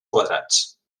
quadrats